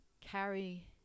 carry